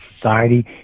society